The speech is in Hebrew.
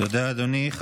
תודה, אדוני.